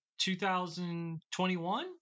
2021